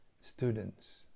students